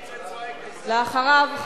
ואחריו,